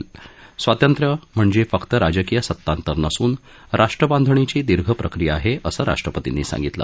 असंही त हिणाल स्वातंत्र्य म्हणज क्रिक राजकीय सत्तांतर नसून राष्ट्रबांधणीची दीर्घ प्रक्रिया आहा असं राष्ट्रपतींनी सांगितलं